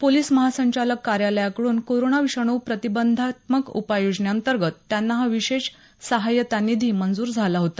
police महासंचालक कार्यालयाकडून corona विषाणू प्रतिबंधात्मक उपाययोजने अंतर्गत त्यांना हा विशेष सहायता निधी मंजूर झाला होता